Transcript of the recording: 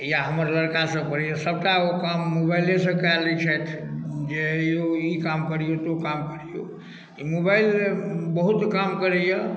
या हमर लड़का सब बड़ी सबटा ओ काम मोबाइले सँ कए लै छथि जे यौ ई काम करियौ तऽ ओ काम करियौ मोबाइल बहुत काम करैय